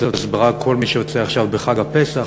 הסברה: כל מי שיוצא עכשיו בחג הפסח,